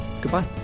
goodbye